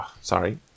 sorry